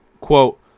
quote